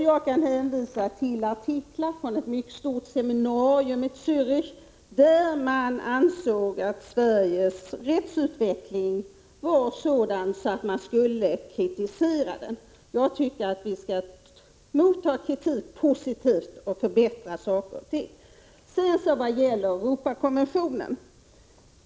Jag kan hänvisa till artiklar från ett mycket stort seminarium i Zörich, där man ansåg att Sveriges rättsutveckling var sådan att den borde kritiseras. Vi borde på ett positivt sätt ta emot kritiken och förbättra saker och ting. Sedan till Europakonventionen.